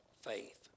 faith